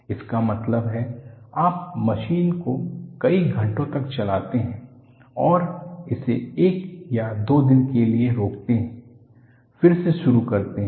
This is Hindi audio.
इसका मतलब है आप मशीन को कई घंटों तक चलाते हैं और इसे एक या दो दिन के लिए रोकते हैं फिर से शुरू करते हैं